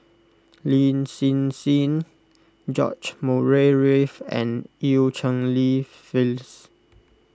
Lin Hsin Hsin George Murray Reith and Eu Cheng Li Phyllis